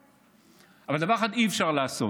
אבל דבר אחד אי-אפשר לעשות,